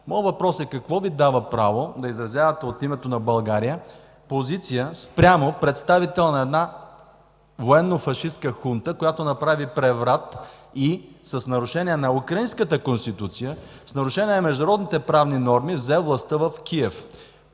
Моят въпрос е: какво Ви дава право да изразявате от името на България позиция спрямо представител на една военнофашистка хунта, която направи преврат и с нарушение на Украинската конституция, с нарушение на международните правни норми взе властта в Киев?